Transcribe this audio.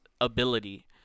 ability